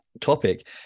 topic